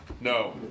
No